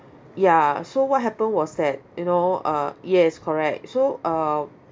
ya so what happened was that you know uh yes correct so uh